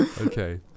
Okay